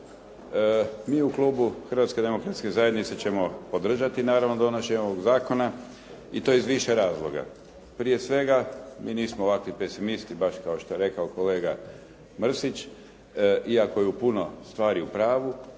Mi u klubu Hrvatske demokratske zajednice ćemo podržavati naravno donošenje ovog zakona i to iz više razloga. Prije svega, mi nismo ovakvi pesimisti baš kao što je rekao kolega Mrsić, iako je u puno stvari u pravu,